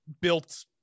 built